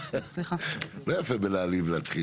לא יפה בלהתחיל להעליב...